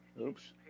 oops